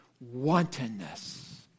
Wantonness